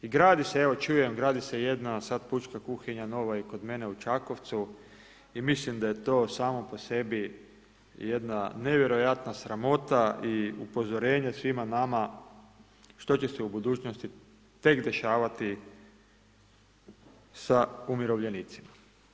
I gradi se, evo čujem, gradi se jedna sad pučka kuhinja, nova i kod mene u Čakovcu, i mislim da je to samo po sebi jedna nevjerojatna sramota i upozorenje svima nama što će se u budućnosti tek dešavati sa umirovljenicima.